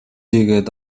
ийгээд